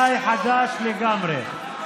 פוליטיקאי חדש לגמרי.